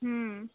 હ